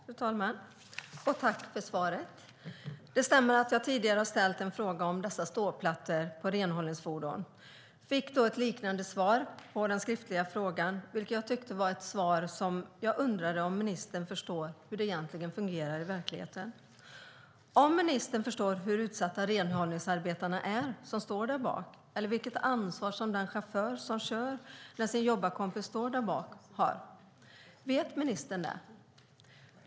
Fru talman! Tack, ministern, för svaret! Det stämmer att jag har ställt en fråga om ståplattor på renhållningsfordon tidigare. På den skriftliga frågan fick jag då ett liknande svar som fick mig att undra om ministern förstår hur det fungerar i verkligheten. Jag undrar om ministern förstår hur utsatta renhållningsarbetarna är när de står därbak eller vilket ansvar chauffören som kör har när jobbarkompisen står därbak. Vet ministern det?